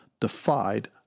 defied